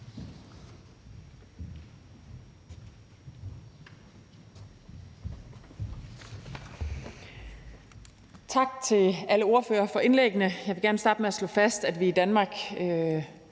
Tak til alle ordførerne for indlæggene. Jeg vil gerne starte med at slå fast, at vi i Danmark